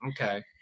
Okay